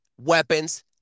weapons